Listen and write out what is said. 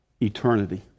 eternity